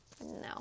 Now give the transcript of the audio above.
No